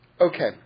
Okay